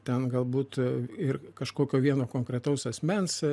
ten galbūt ir kažkokio vieno konkretaus asmens